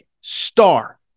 star